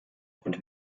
und